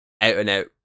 out-and-out